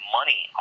money